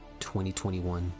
2021